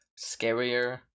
scarier